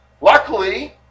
Luckily